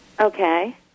Okay